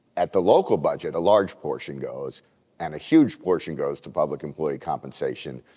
at the local budget, a large portion goes and a huge portion goes to public employee compensation.